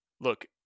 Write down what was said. look